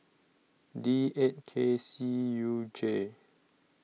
D eight K C U J